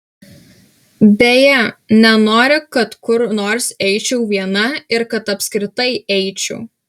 beje nenori kad kur nors eičiau viena ir kad apskritai eičiau